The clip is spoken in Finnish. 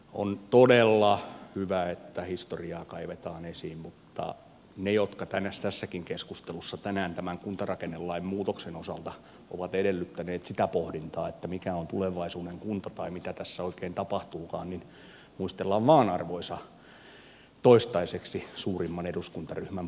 on todella hyvä että historiaa kaivetaan esiin mutta he jotka tässäkin keskustelussa tänään tämän kuntarakennelain muutoksen osalta ovat edellyttäneet sitä pohdintaa että mikä on tulevaisuuden kunta tai mitä tässä oikein tapahtuukaan niin muistellaan vain arvoisa toistaiseksi suurimman eduskuntaryhmän puheenjohtaja menneitä